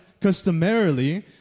customarily